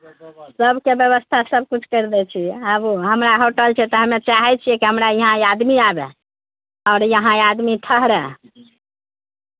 सभके व्यवस्था सभकिछु करि दै छी आबू हमरा होटल छै तऽ हमे चाहै छियै कि हमरा यहाँ आदमी आबय आओर यहाँ आदमी ठहरय